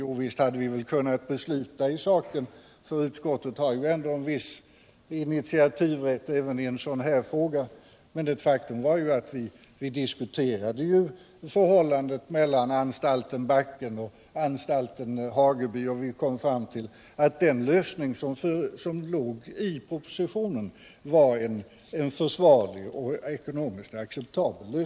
Jo, visst hade vi väl kunnat besluta i saken — utskottet har ju ändå initiativrätt, även i sådana här frågor. Men ett faktum är att vi diskuterade förhållandet mellan anstalten Backen och anstalten Hageby, och vi kom fram till att den lösning som föreslogs i propositionen var försvarlig från vårdsynpunkt och ekonomiskt acceptabel.